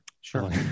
Sure